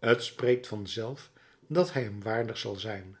t spreekt vanzelf dat hij hem waardig zal zijn